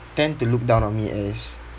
tend to look down on me as